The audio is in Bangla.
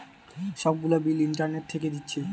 সব গুলা বিল ইন্টারনেট থিকে দিচ্ছে